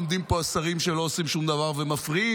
עומדים פה השרים שלא עושים שום דבר ומפריעים,